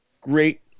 great